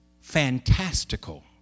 fantastical